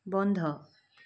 বন্ধ